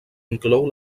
inclou